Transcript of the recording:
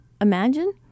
Imagine